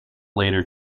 later